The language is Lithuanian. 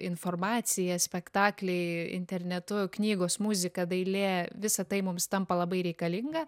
informacija spektakliai internetu knygos muzika dailė visa tai mums tampa labai reikalinga